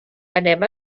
anem